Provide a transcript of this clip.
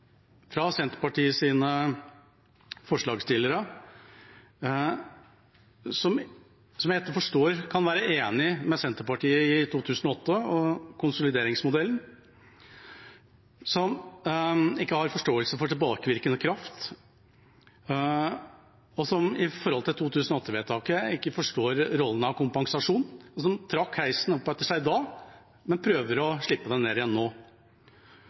forslagsstillere, som jeg ikke forstår kan være enig med Senterpartiet i 2008 og konsolideringsmodellen, som ikke har forståelse for tilbakevirkende kraft, og som i forhold til 2008-vedtaket ikke forstår rollen med kompensasjon og som trakk heisen opp etter seg da, men prøver å slippe den ned igjen nå.